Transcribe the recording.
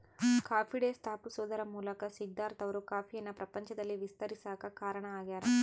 coffee day ಸ್ಥಾಪಿಸುವದರ ಮೂಲಕ ಸಿದ್ದಾರ್ಥ ಅವರು ಕಾಫಿಯನ್ನು ಪ್ರಪಂಚದಲ್ಲಿ ವಿಸ್ತರಿಸಾಕ ಕಾರಣ ಆಗ್ಯಾರ